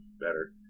better